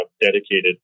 dedicated